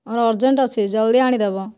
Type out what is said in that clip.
ମୋର ଅର୍ଜେଣ୍ଟ ଅଛି ଜଲ୍ଦି ଆଣିଦେବ